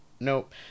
nope